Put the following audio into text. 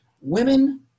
Women